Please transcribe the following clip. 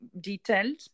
detailed